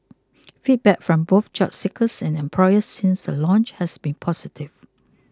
feedback from both job seekers and employers since the launch has been positive